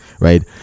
right